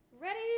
Ready